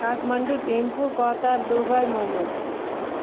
Kathmandu Thimphu Qatar Dubai Mumbai